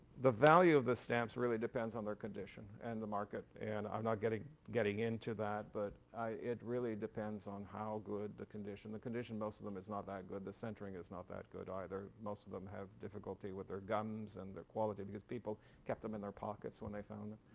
the value of the stamps really depends on their condition and the market and i'm not getting getting into that. but it really depends on how good the condition, the condition, most of them it's not that good. the centering is not that good either. most of them have difficulty with their gums and the quality because people kept them in their pockets when they found them.